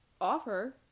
offer